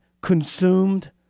consumed